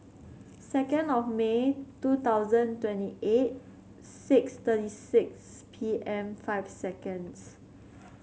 second of May two thousand twenty eight six thirty six P M five seconds